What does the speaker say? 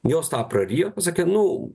jos tą prarijo sakė nu